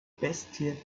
bestie